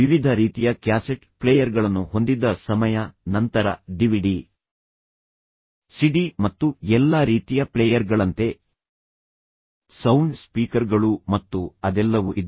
ವಿವಿಧ ರೀತಿಯ ಕ್ಯಾಸೆಟ್ ಪ್ಲೇಯರ್ಗಳನ್ನು ಹೊಂದಿದ್ದ ಸಮಯ ನಂತರ ಡಿವಿಡಿ ಸಿಡಿ ಮತ್ತು ಎಲ್ಲಾ ರೀತಿಯ ಪ್ಲೇಯರ್ಗಳಂತೆ ಸೌಂಡ್ ಸ್ಪೀಕರ್ಗಳು ಮತ್ತು ಅದೆಲ್ಲವೂ ಇದ್ದವು